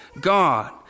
God